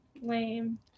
Lame